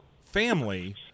family